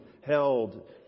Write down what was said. held